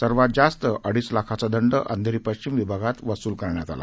सर्वात जास्त अडीच लाखांचा दंड अंधेरी पश्चिम विभागात वसूलण्यात आला